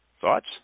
Thoughts